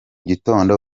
gitondo